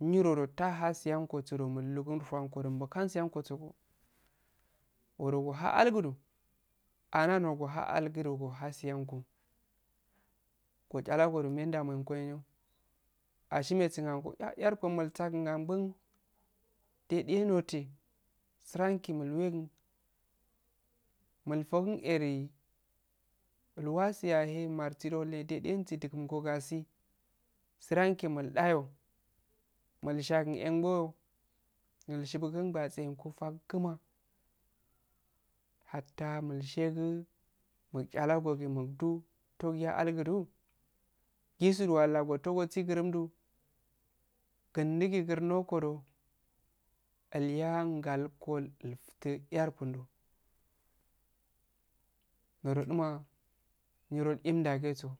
Niroro tahasiyanggo so mullungo aww furankodow bolkansiysankosow go nro oha algudo ana no oha algudo oha giyango yoshalago da mendameyengo ashinegin ankoqa errkun misagun angun dediye noteh tsirauki miweggun mulfogun eri elwasi ya he marti do dedensi duggum go gasi siranki mildayo mil shagun enwoyo mishibuguh ngwagengo fagguma hatta milshegu ma chalago gi tokiya algugi jigu du walah gotosui gurrum yah hey gindigi gurnno kopdo ilya ngalko elftu err kun nodo duma niro imdda geso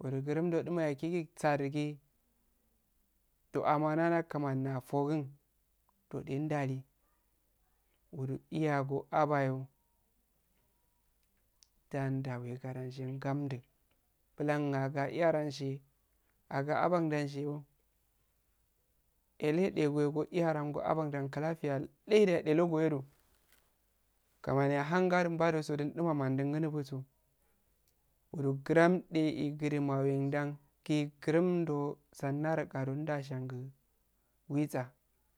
uwro girum ddo duma ehkigi gusa dughi doh amanro kumani afokun dodde ndale wuru iya go abo yoh dan dda wegadanshe ngamddu bulan aga iysah she aga aban danshe elle degwoyo go iyran go abandan kelafiya llai dda edelo goyodu kulmani ahhangadu dinduma mandi ngunubuso wuro gram dde igudu mawenddan ghigurum ddoh zanna roqadon nduwa shengu witsa.